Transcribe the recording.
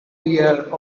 dear